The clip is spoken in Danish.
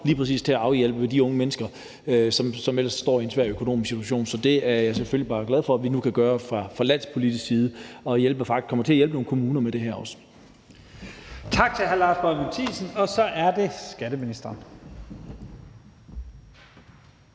lige præcis til at afhjælpe det for de unge mennesker, som ellers står i en svær økonomisk situation. Så jeg er selvfølgelig bare glad for, at vi nu kan gøre det fra landspolitisk side, og at vi også kommer til at hjælpe nogle kommuner med det her. Kl. 15:51 Første næstformand (Leif Lahn